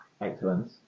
Excellent